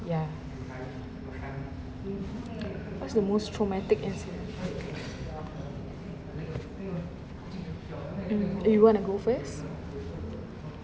ya what's the most traumatic incident mm you want to go first